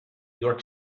york